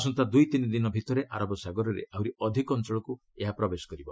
ଆସନ୍ତା ଦୁଇ ତିନି ଦିନ ଭିତରେ ଆରବ ସାଗରର ଆହୁରି ଅଧିକ ଅଞ୍ଚଳକୁ ପ୍ରବେଶ କରିବ